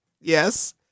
yes